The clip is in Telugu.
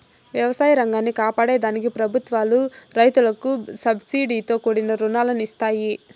వ్యవసాయ రంగాన్ని కాపాడే దానికి ప్రభుత్వాలు రైతులకు సబ్సీడితో కూడిన రుణాలను ఇస్తాయి